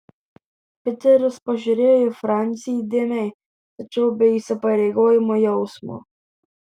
piteris pažiūrėjo į francį įdėmiai tačiau be įsipareigojimo jausmo